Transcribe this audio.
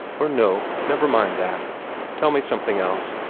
or no never mind that tell me something else.